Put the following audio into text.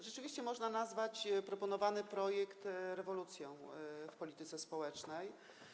Rzeczywiście można nazwać proponowany projekt rewolucją w polityce społecznej.